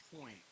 point